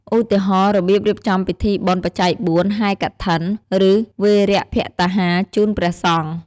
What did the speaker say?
ឧទាហរណ៍ របៀបរៀបចំពិធីបុណ្យបច្ច័យបួន ហែរកឋិន ឬវេរភត្តាហារជូនព្រះសង្ឈ។